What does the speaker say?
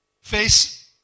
face